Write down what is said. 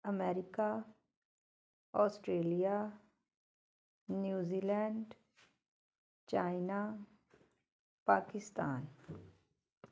America Australia New Zealand China Pakistan